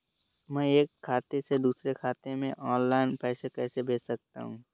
मैं एक खाते से दूसरे खाते में ऑनलाइन पैसे कैसे भेज सकता हूँ?